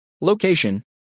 Location